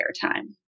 time